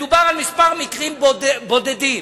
מדובר על מספר מקרים, בודדים.